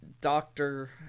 doctor